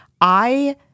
I-